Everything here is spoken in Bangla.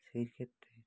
সেই ক্ষেত্রে